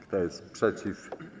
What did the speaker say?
Kto jest przeciw?